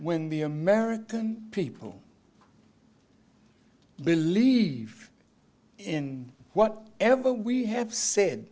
when the american people believe in what ever we have said